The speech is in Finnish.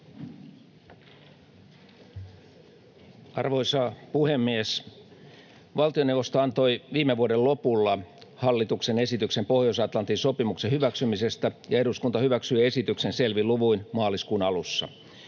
Arvoisa puhemies! Valtioneuvosto antoi viime vuoden lopulla hallituksen esityksen Pohjois-Atlantin sopimuksen hyväksymisestä, ja eduskunta hyväksyi esityksen selvin luvuin maaliskuun alussa.